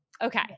Okay